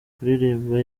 kuririmba